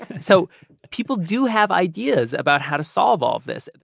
so people do have ideas about how to solve all of this,